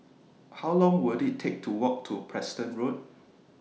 How Long Will IT Take to Walk to Preston Road